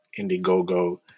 Indiegogo